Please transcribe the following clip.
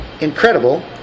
incredible